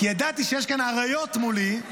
כי ידעתי שיש כאן אריות מולי,